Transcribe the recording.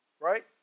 Right